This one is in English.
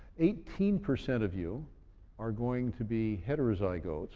eighteen percent of you are going to be heterozygotes